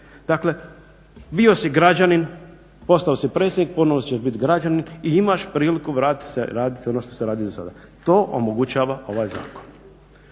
Dakle, bio si građanin, postao si predsjednik ponovno ćeš biti građanin i imaš priliku vratiti se raditi ono što si radio dosada. To omogućava ovaj zakon.